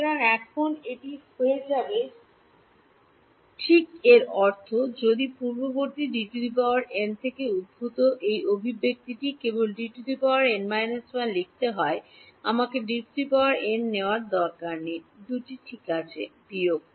সুতরাং এখন এটি হয়ে যাবে ঠিক এর অর্থ আমি পূর্ববর্তী Dn থেকে উদ্ভূত এই অভিব্যক্তিটি কেবল Dn 1 লিখতে হবে আমাকে Dn নেওয়ার দরকার নেই দুটি ঠিক আছে বিয়োগ